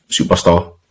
superstar